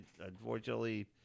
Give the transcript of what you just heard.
Unfortunately